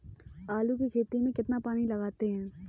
आलू की खेती में कितना पानी लगाते हैं?